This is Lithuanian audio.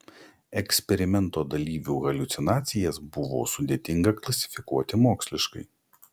eksperimento dalyvių haliucinacijas buvo sudėtinga klasifikuoti moksliškai